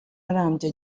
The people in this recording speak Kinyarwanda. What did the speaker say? arambye